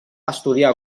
estudià